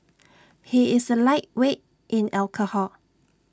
he is A lightweight in alcohol